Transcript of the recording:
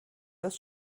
das